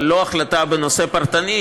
אבל לא החלטה בנושא פרטני.